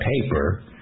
paper